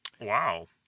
Wow